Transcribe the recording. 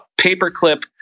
paperclip